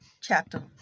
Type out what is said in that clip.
chapter